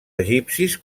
egipcis